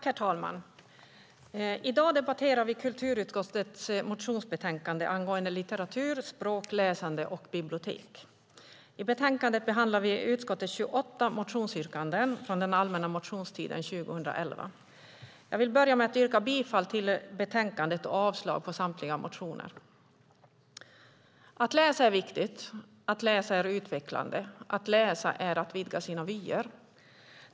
Herr talman! I dag debatterar vi kulturutskottets motionsbetänkande angående litteratur, språk, läsande och bibliotek. I betänkandet behandlar utskottet 28 motionsyrkanden från den allmänna motionstiden 2011. Jag vill börja med att yrka bifall till förslaget i betänkandet och avslag på samtliga motioner. Att läsa är viktigt. Att läsa är utvecklande. Att läsa är att vidga sina vyer.